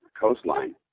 coastline